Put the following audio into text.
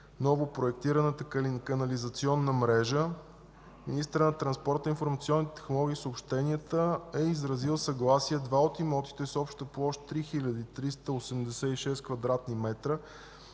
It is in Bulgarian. новопроектираната канализационна мрежа. Министърът на транспорта, информационните технологии и съобщенията е изразил съгласие два от имотите с обща площ 3386